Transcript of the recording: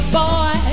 boy